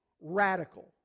Radical